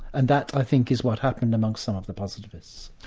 and that i think is what happened amongst some of the positivists.